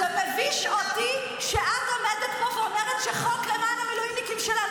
זה מביש כשאתם מפילים חוקים על מילואימניקים.